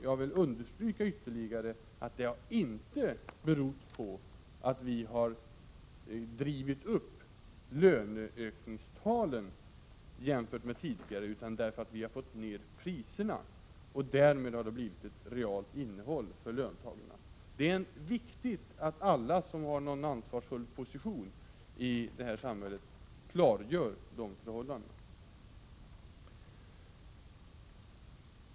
Jag vill ytterligare understryka att orsaken inte är att vi har drivit upp löneökningstalen jämfört med tidigare siffror, utan orsaken är att vi har fått ned priserna. Därmed har det blivit ett realt innehåll när det gäller löntagarna. Det är viktigt att alla som har en ansvarsfull position i vårt samhälle klargör dessa förhållanden.